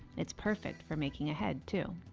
it's perfect for making ahead, too!